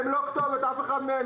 הם לא הכתובת, אף אחד מהם.